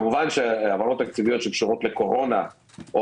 כמובן שהעברות תקציביות שקשורות לקורונה או